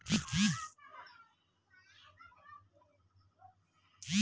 हरितगृह होखला से कवनो सीजन के सब्जी कबो उगावल जा सकत हवे